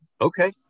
okay